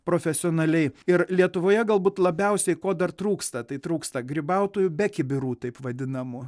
profesionaliai ir lietuvoje galbūt labiausiai ko dar trūksta tai trūksta grybautojų be kibirų taip vadinamų